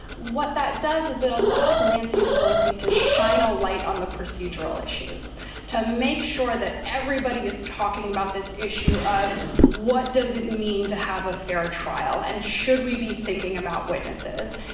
what that does is it allows and nancy pelosi to shine a light on the procedural issues to make sure that everybody is talking about this issue of what does it mean to have a fair trial and should we be thinking about witnesses?